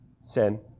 Sin